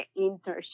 internship